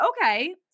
Okay